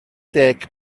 deg